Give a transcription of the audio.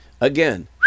Again